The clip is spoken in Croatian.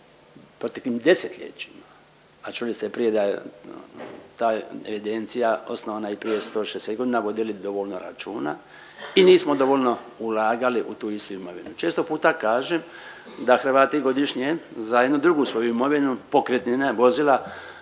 proteklim desetljećima, a čuli ste prije da je ta evidencija osnovana i prije 160 godina, vodili bi dovoljno računa i nismo dovoljno ulagali u tu istu imovinu. Često puta kažem da Hrvati godišnje za jednu drugu svoju imovinu, pokretnine, vozila,